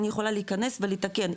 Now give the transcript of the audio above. יכולה להיכנס ולתקן,